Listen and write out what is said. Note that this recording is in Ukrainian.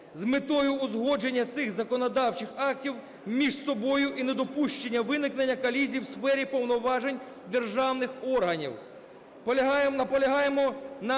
з метою узгодження цих законодавчих актів між собою і недопущення виникнення колізій в сфері повноважень державних органів.